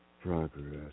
progress